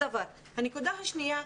הנקודה השנייה,